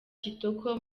kitoko